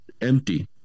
empty